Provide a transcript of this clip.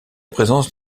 présence